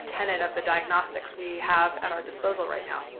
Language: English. tenant of the diagnostics we have at our disposal right now.